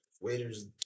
Waiters